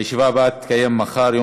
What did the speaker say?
הישיבה הבאה תתקיים מחר,